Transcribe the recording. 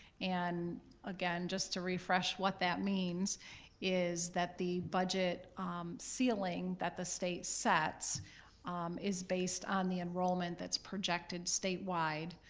and again, just to refresh what that means is that the budget ceiling that the state sets is based on the enrollment that's projected statewide.